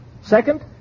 Second